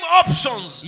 options